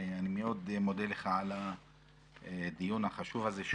אני מאוד מודה לך על הדיון החשוב הזה,